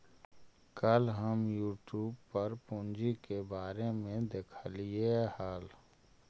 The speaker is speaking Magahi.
कल हम यूट्यूब पर पूंजी के लागत के बारे में देखालियइ हल